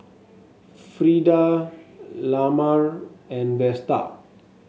Frida Lamar and Vester